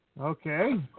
Okay